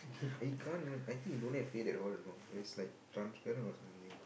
it can't even I think he don't have face at all you know it's like transparent or something